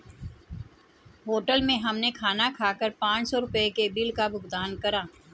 hotel में हमने खाना खाकर पाँच सौ रुपयों के बिल का भुगतान करा